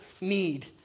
need